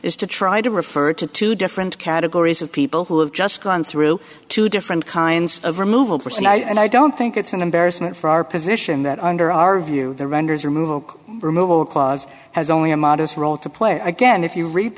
is to try to refer to two different categories of people who have just gone through two different kinds of removal person i don't think it's an embarrassment for our position that under our view the renders removal removal clause has only a modest role to play again if you read